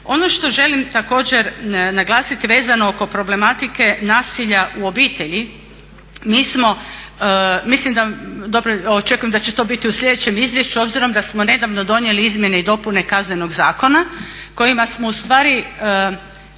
Ono što želim također naglasiti vezano oko problematike nasilja u obitelji, očekujem da će to biti u sljedećem izvješću obzirom da smo nedavno donijeli izmjene i dopune Kaznenog zakona kojima smo ustvari